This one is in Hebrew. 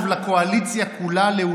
לפחות פעם בשבועיים.